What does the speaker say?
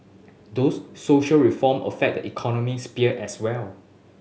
those social reform affect the economy sphere as well